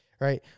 right